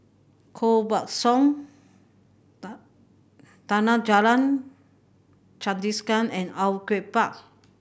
Koh Buck Song Chandrasekaran and Au Yue Pak